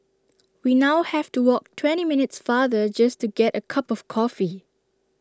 we now have to walk twenty minutes farther just to get A cup of coffee